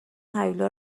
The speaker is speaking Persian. هیولا